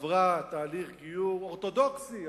עברה תהליך גיור אורתודוקסי,